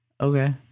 okay